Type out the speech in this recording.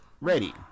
ready